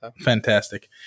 Fantastic